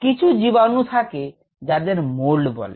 কিছু জীবাণু থাকে যাদের মোল্ড বলে